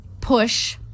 push